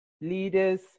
leaders